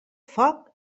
foc